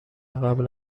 قبل